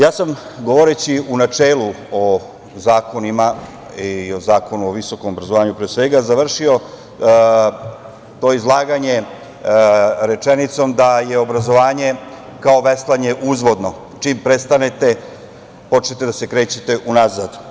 Ja sam govoreći u načelu o zakonima i o Zakonu o visokom obrazovanju, pre svega, završio to izlaganje rečenicom – da je obrazovanje kao veslanje uzvodno, čim prestanete, počnete da se krećete unazad.